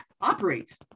operates